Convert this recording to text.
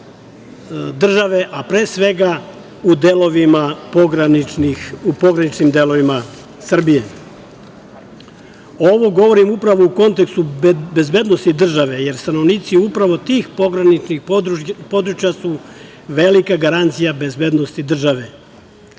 države, a pre svega u pograničnim delovima Srbije. Ovo govorim upravo u kontekstu bezbednosti države, jer stanovnici upravo tih pograničnih područja su velika garancija bezbednosti države.